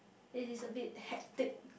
it is a bit hectic